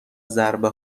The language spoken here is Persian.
ضربه